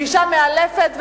פגישה מאלפת,